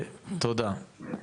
תודה,